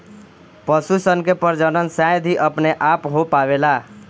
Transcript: पशु सन के प्रजनन शायद ही अपने आप हो पावेला